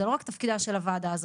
זה לא רק תפקידה של הוועדה הזאת.